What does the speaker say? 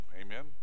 Amen